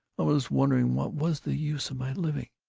i was wondering what was the use of my living.